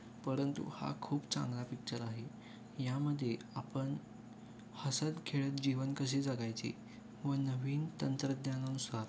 परंतु हा खूप चांगला पिक्चर आहे यामध्ये आपण हसत खेळत जीवन कशी जगायचे व नवीन तंत्रज्ञानानुसार